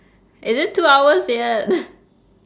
is it two hours yet